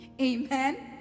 amen